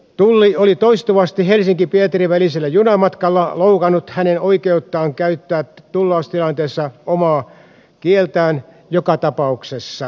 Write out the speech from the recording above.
tulli oli toistuvasti helsinkipietari välisellä junamatkalla loukannut hänen oikeuttaan käyttää tullaustilanteessa omaa kieltään jokaisessa tapauksessa